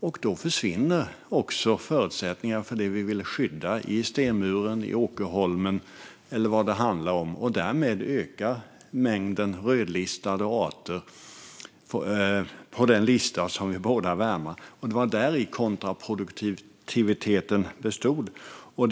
Därmed försvinner också förutsättningarna för det vi ville skydda i stenmuren, åkerholmen eller var det nu var, och därmed ökar också antalet rödlistade arter som vi måste värna om. Det är däri kontraproduktiviteten består.